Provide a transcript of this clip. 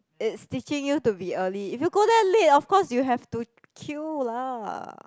it's teaching you to be early if you go there late of course you have to queue lah